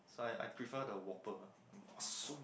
so I I prefer the whopper so